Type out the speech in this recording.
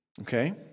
Okay